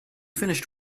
finished